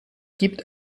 gibt